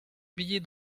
billet